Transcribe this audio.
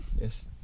Yes